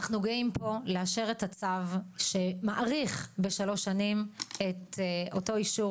אנחנו גאים פה לאשר את הצו שמאריך בשלוש שנים את אותו אישור